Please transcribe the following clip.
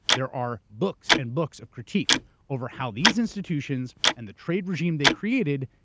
there are books and books of critique over how these institutions and the trade regime they created,